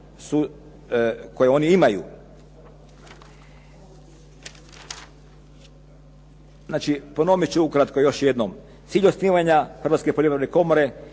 koje oni imaju. Znači ponoviti ću ukratko još jednom. Cilj osnivanja Hrvatske poljoprivredne komore